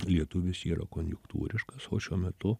lietuvius yra konjunktūriškas o šiuo metu